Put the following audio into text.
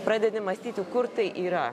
pradedi mąstyti kur tai yra